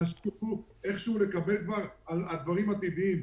כדי שאנשים יוכלו לקבל על דברים עתידיים.